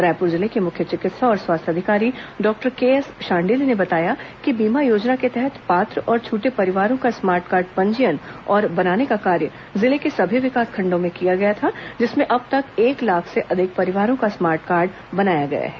रायपुर जिले के मुख्य चिकित्सा और स्वास्थ्य अधिकारी डॉ के एस शांडिल्य ने बताया कि बीमा योजना के तहत पात्र और छूटे परिवारों का स्मार्ट कार्ड पंजीयन और बनाने का कार्य जिले के सभी विकासखंडों में किया था जिसमें अब तक एक लाख से अधिक परिवारों का स्मार्ट कार्ड बनाया गया है